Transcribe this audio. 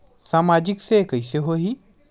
सामाजिक से कइसे होही?